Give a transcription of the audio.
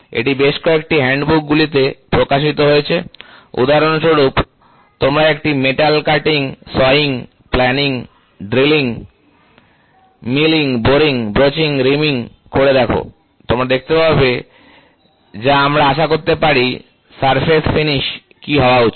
এটি বেশ কয়েকটি হ্যান্ডবুকগুলিতে প্রকাশিত হয়েছে উদাহরণস্বরূপ তোমরা একটি metal cutting sawing planing drilling milling boring broaching reaming করে দেখো তোমরা দেখতে পাবে যা আমরা আশা করতে পারি সারফেস ফিনিশ কী হওয়া উচিত